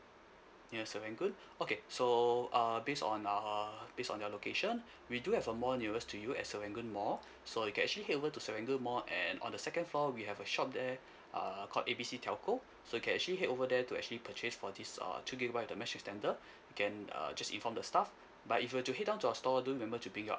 near serangoon okay so uh based on uh based on your location we do have a mall nearest to you at serangoon mall so you can actually head over to serangoon mall and on the second floor we have a shop there uh called A B C telco so you can actually head over there to actually purchase for this uh two gigabyte with the mesh extender you can uh just inform the staff but if you were to head down to our store do remember to bring your